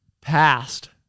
Past